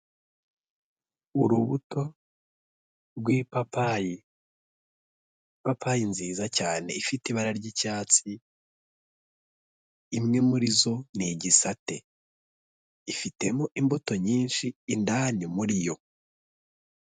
Urubuto rw'ipapayi, ipapayi nziza cyane, ifite ibara ry'icyatsi, imwe muri zo ni igisate, ifitemo imbuto nyinshi indani muri yo.